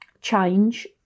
change